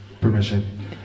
permission